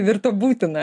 virto būtina